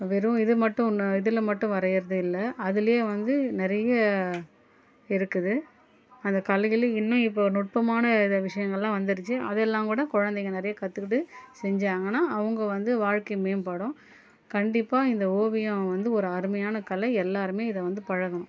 வெறும் இது மட்டும் நான் இதில் மட்டும் வரையு றது இல்லை அதுலேயே வந்து நிறைய இருக்குது அந்த கலைகளும் இன்னும் இப்போ நுட்பமான இது விஷயங்கள்லாம் வந்துடுச்சு அதெல்லாம் கூட குழந்தைங்க நெறைய கற்றுக்கிட்டு செஞ்சாங்கன்னால் அவங்க வந்து வாழ்க்கை மேம்படும் கண்டிப்பாக இந்த ஓவியம் வந்து ஒரு அருமையான கலை எல்லாருமே இதை வந்து பழகணும்